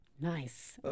nice